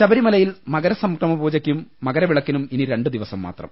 ശബരിമലയിൽ മകരസംക്രമപൂജയ്ക്കും മകരവിളക്കിനും ഇനി രണ്ടു ദിവസം മാത്രം